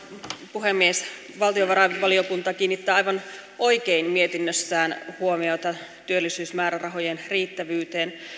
puhemies valtiovarainvaliokunta kiinnittää aivan oikein mietinnössään huomiota työllisyysmäärärahojen riittävyyteen